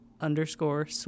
underscore